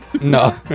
no